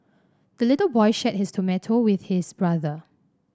the little boy shared his tomato with his brother